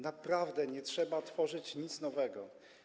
Naprawdę nie trzeba tworzyć nic nowego.